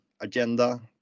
agenda